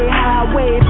highway